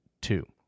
two